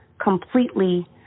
completely